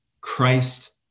Christ